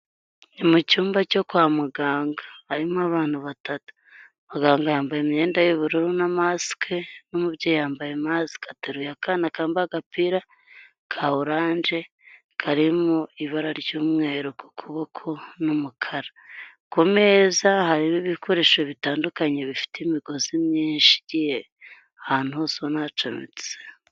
Mu icyumba cyo kwa muganga, harimo abantu batatu, muganga yambaye imyenda y'ubururu na masike n'umubyeyi yambaye masike, ateruye akana kambaye agapira ka oranje karimo ibara ry'umweru ku kuboko n'umukara, ku meza hariho ibikoresho bitandukanye bifite imigozi myinshi igiye ahantu hose ubona hacometse.